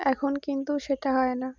এখন কিন্তু সেটা হয় না